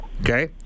okay